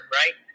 right